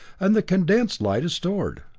and the condensed light is stored.